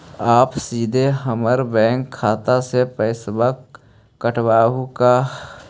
आप सीधे हमर बैंक खाता से पैसवा काटवहु का?